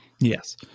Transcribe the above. yes